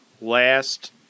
last